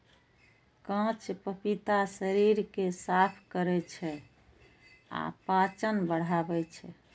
कांच पपीता शरीर कें साफ करै छै आ पाचन बढ़ाबै छै